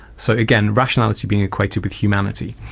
so again, rationality being equated with humanity.